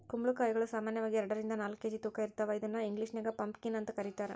ಕುಂಬಳಕಾಯಿಗಳು ಸಾಮಾನ್ಯವಾಗಿ ಎರಡರಿಂದ ನಾಲ್ಕ್ ಕೆ.ಜಿ ತೂಕ ಇರ್ತಾವ ಇದನ್ನ ಇಂಗ್ಲೇಷನ್ಯಾಗ ಪಂಪಕೇನ್ ಅಂತ ಕರೇತಾರ